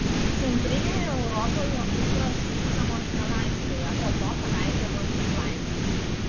centrinėje europoje ūdros veisiamos nelaisvėje po to paleidžiamos į laisvę